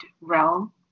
realm